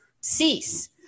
cease